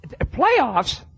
playoffs